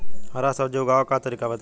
हरा सब्जी उगाव का तरीका बताई?